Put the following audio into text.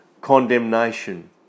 condemnation